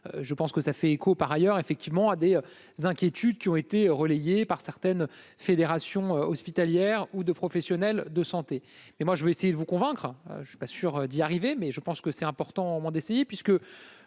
je pense que ça fait écho par ailleurs effectivement à des inquiétudes qui ont été relayées par certaines fédérations hospitalières ou de professionnels de santé, et moi je vais essayer de vous convaincre, je suis pas sûr d'y arriver mais je pense que c'est important. Ton monde essayer puisque